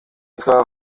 birasaba